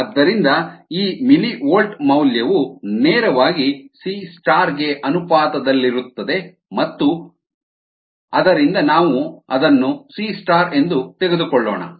ಆದ್ದರಿಂದ ಈ ಮಿಲಿವೋಲ್ಟ್ ಮೌಲ್ಯವು ನೇರವಾಗಿ C ಗೆ ಅನುಪಾತದಲ್ಲಿರುತ್ತದೆ ಮತ್ತು ಆದ್ದರಿಂದ ನಾವು ಅದನ್ನು C ಎಂದು ತೆಗೆದುಕೊಳ್ಳೋಣ